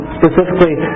specifically